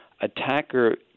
attacker